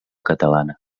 catalana